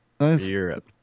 Europe